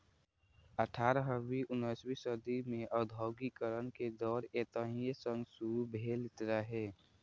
अठारहवीं उन्नसवीं सदी मे औद्योगिकीकरण के दौर एतहि सं शुरू भेल रहै